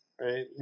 Right